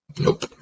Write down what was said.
Nope